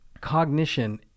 cognition